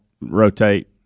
rotate